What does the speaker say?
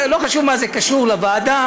לא חשוב מה זה קשור לוועדה,